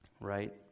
right